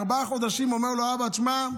ארבעה חודשים ואומר לו: אבא, שמע,